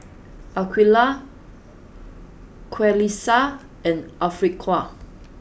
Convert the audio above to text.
Aqeelah Qalisha and Afiqah